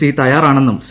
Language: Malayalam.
സി തയ്യാറാണെന്നും സി